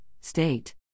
State